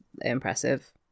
impressive